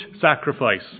sacrifice